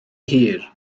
hir